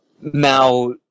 Now